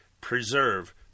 preserve